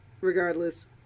regardless